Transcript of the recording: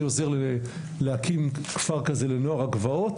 אני עוזר להקים כבר כזה לנוער הגבעות